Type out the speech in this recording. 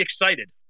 excited